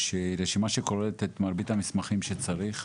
רשימה שכוללת את מרבית המסמכים שצריך,